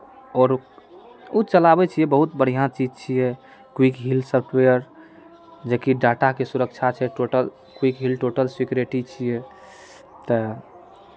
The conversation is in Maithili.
आओर ओ चलाबै छियै बहुत बढ़िआँ चीज छियै क्विक हिल सॉफ्टवेयर जेकि डाटाके सुरक्षा छै total Quick Heal total security छियै तऽ